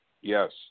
yes